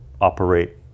operate